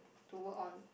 to work on